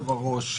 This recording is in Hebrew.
אדוני היושב-ראש,